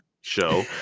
show